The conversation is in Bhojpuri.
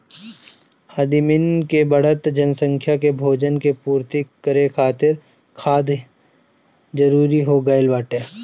आदमिन के बढ़त जनसंख्या के भोजन के पूर्ति करे खातिर खाद जरूरी हो गइल बाटे